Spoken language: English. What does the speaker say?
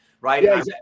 right